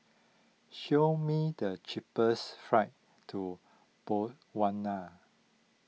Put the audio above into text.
show me the cheapest flights to Botswana